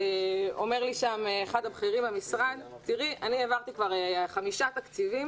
אמר לי שם אחד הבכירים במשרד שהוא העביר כבר חמישה תקציבים